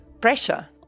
pressure